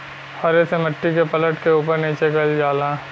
हरे से मट्टी के पलट के उपर नीचे कइल जाला